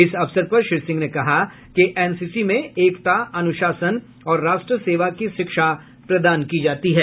इस अवसर पर श्री सिंह ने कहा कि एनसीसी में एकता अनुशासन और राष्ट्र सेवा की शिक्षा प्रदान की जाती है